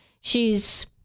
shes